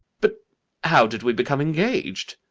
but how did we become engaged?